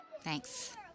Thanks